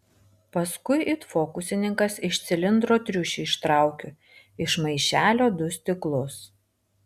paskui it fokusininkas iš cilindro triušį ištraukiu iš maišelio du stiklus